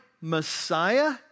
Messiah